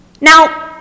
Now